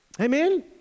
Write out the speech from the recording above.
Amen